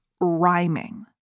rhyming